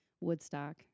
Woodstock